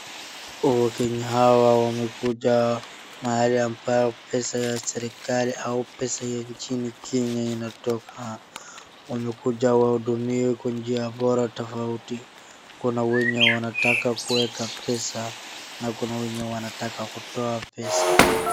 Wakenya hawa wamekuja mahali ambayo pesa ya serikali au pesa ya nchini Kenya inatoka, wamekuja wahudumiwe kwa njia ya bora tofauti, kuna wenye wanataka kuweka pesa, na kuna wenye wanataka kutoa pesa.